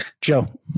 Joe